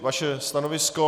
Vaše stanovisko?